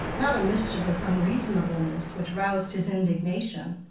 not a mischievous unreasonableness which roused his indignation,